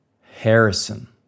Harrison